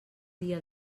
dia